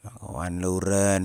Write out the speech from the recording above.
madin wan lauran